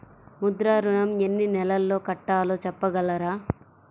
ముద్ర ఋణం ఎన్ని నెలల్లో కట్టలో చెప్పగలరా?